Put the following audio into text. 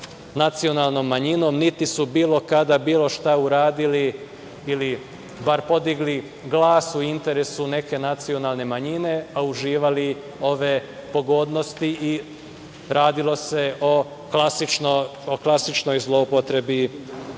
nacionalnom manjinom niti su bilo kada, bilo šta uradili ili bar podigli glas u interesu neke nacionalne manjine, a uživali ove pogodnosti i radilo se o klasičnoj zloupotrebi